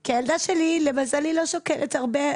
כי הילדה שלי למזלי לא שוקלת הרבה.